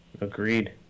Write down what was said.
Agreed